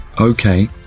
Okay